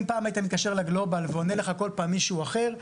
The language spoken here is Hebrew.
אם פעם היית מתקשר לגלובאל והיה עונה לך כל פעם מישהו אחר,